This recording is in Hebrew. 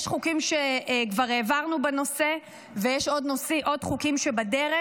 יש חוקים שכבר העברנו בנושא, ויש עוד חוקים שבדרך.